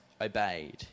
obeyed